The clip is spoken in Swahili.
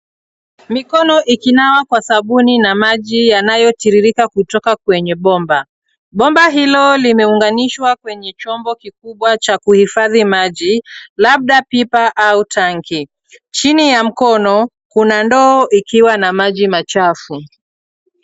Mikono ikinawa kwa sabuni na maji yanayotiririka kutoka kwenye bomba. Bomba hilo limeunganishwa kwenye chombo kikubwa cha kuhifadhi maji, labda pipa au tanki. Chini ya mkono, kuna ndoo ikiwa na maji machafu.